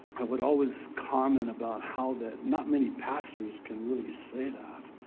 i would always comment about how that not many pastors can really say that.